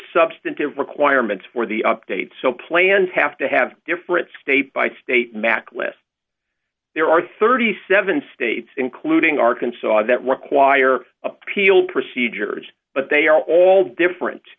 substantive requirements for the update so plans have to have different state by state math lists there are thirty seven states including arkansas that require appeal procedures but they are all different